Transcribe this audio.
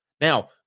Now